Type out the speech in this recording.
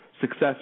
success